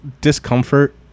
discomfort